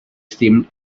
seemed